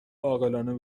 عاقلانه